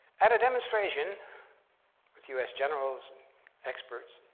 at a demonstration with us generals and experts,